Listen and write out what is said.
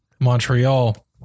Montreal